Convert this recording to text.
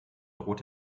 droht